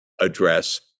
address